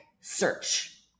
search